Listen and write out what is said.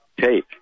take